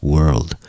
World